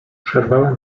przerwałem